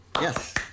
yes